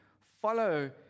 follow